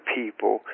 people